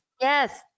Yes